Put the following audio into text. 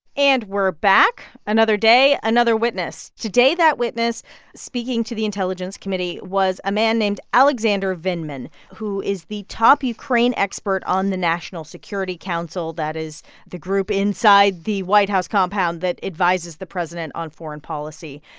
and we're back another day, another witness. today that witness speaking to the intelligence committee was a man named alexander vindman, who is the top ukraine expert on the national security council. that is the group inside the white house compound that advises the president on foreign policy.